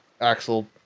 Axel